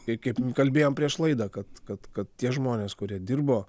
ir kaip kalbėjom prieš laidą kad kad kad tie žmonės kurie dirbo